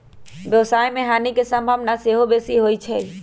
व्यवसाय में हानि के संभावना सेहो बेशी होइ छइ